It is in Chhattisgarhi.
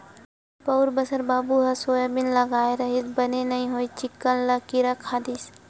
पउर बछर बाबू ह सोयाबीन लगाय रिहिस बने नइ होइस चिक्कन ल किरा खा दिस